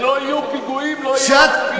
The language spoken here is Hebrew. כשלא יהיו פיגועים לא יהיו הרוגים.